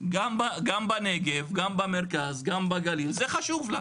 גם בנגב, גם במרכז, גם בגליל, זה חשוב לה.